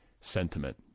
sentiment